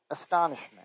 astonishment